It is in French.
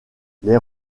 les